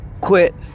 quit